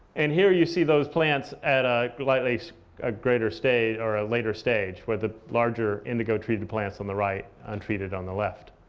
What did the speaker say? and here, you see those plants at a like greater so ah greater stage or a later stage, where the larger indigo-treated plants on the right, untreated on the left.